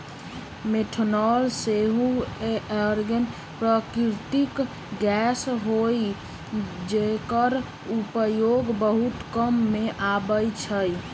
methane सेहो एगो प्राकृतिक गैस हई जेकर उपयोग बहुते काम मे अबइ छइ